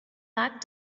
back